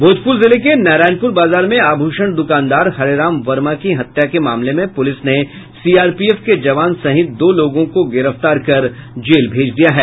भोजपुर जिले के नारायणपुर बाजार में आभूषण दुकानदार हरेराम वर्मा की हत्या के मामले में पुलिस ने सीआरपीएफ के जवान सहित दो लोगों को गिरफ्तार कर जेल भेज दिया है